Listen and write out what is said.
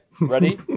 Ready